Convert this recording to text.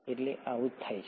એટલે આવું જ થાય છે